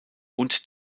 und